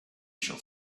shall